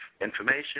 information